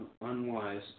unwise